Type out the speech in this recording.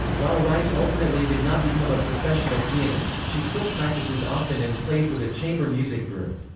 while rice ultimately did not become a professional pianist, she still practices often and plays with a chamber music group.